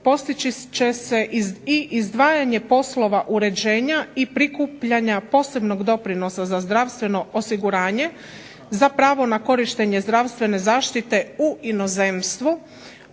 postići će se i izdvajanje poslova uređenja i prikupljanja posebnog doprinosa za zdravstveno osiguranje, za pravo na korištenje zdravstvene zaštite u inozemstvu